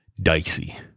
dicey